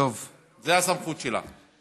זאת הסמכות שלה.